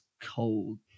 cold